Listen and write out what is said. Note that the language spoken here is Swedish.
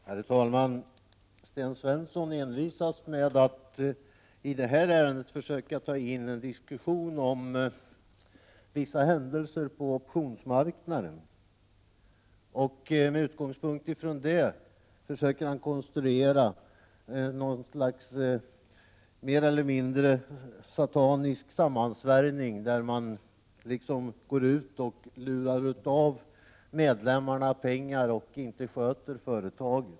Herr talman! Sten Svensson envisas med att i det här ärendet föra in en diskussion om vissa händelser på optionsmarknaden och med utgångspunkt i dessa försöka konstruera något slags mer eller mindre satanisk sammansvärjning som går ut på att man lurar av medlemmarna pengar utan att sköta företaget.